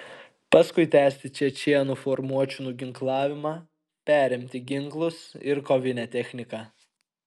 paskui tęsti čečėnų formuočių nuginklavimą perimti ginklus ir kovinę techniką